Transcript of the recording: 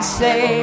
say